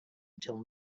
until